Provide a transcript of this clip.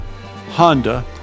Honda